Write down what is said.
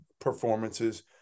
performances